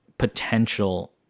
Potential